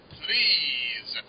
please